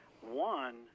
One